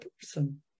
person